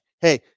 hey